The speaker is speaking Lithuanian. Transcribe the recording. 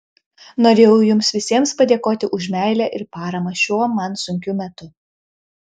norėjau jums visiems padėkoti už meilę ir paramą šiuo man sunkiu metu